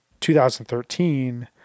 2013